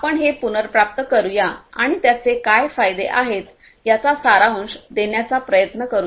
आपण हे पुनर्प्राप्त करूया आणि त्याचे काय फायदे आहेत याचा सारांश देण्याचा प्रयत्न करूया